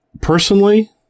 Personally